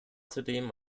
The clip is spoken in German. zudem